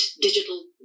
digital